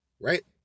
Right